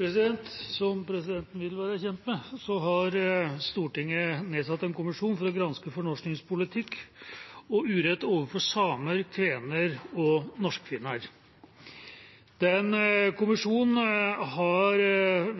7. Som presidenten vil være kjent med, har Stortinget nedsatt en kommisjon for å granske fornorskingspolitikk og urett overfor samer, kvener og norskfinner. Kommisjonen har